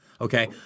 Okay